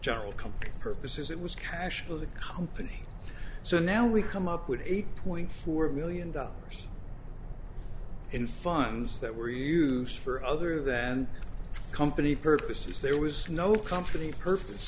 general come purposes it was cash for the company so now we come up with eight point four million dollars in funds that were use for other than company purposes there was no company purpose